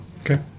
Okay